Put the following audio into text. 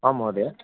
आम् महोदया